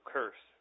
curse